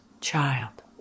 child